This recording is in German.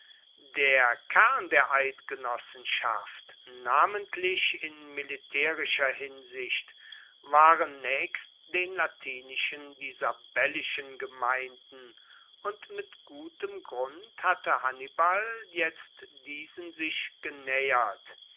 der kern der eidgenossenschaft namentlich in militaerischer hinsicht waren naechst den latinischen die sabellischen gemeinden und mit gutem grund hatte hannibal jetzt diesen sich genaehert